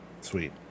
Sweet